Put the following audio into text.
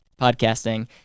podcasting